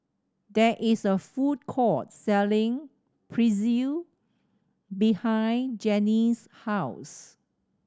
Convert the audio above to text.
there is a food court selling Pretzel behind Jenni's house